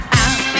out